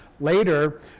later